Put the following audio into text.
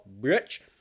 bitch